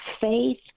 faith